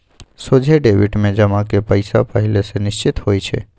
सोझे डेबिट में जमा के पइसा पहिले से निश्चित होइ छइ